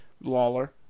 Lawler